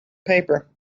paper